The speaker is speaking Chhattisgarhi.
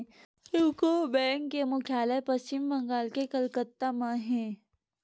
यूको बेंक के मुख्यालय पस्चिम बंगाल के कलकत्ता म हे